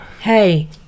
Hey